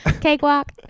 cakewalk